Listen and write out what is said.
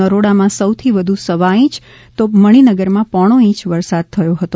નરોડામાં સૌથી વધુ સવા ઇંચ તો મણિનગરમાં પોણો ઇંચ વરસાદ થયો હતો